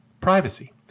privacy